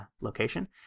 location